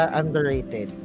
underrated